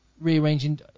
rearranging